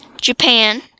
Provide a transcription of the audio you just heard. Japan